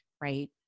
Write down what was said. right